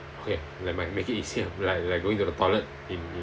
okay never mind make it easier like like going to the toilet in